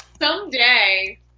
Someday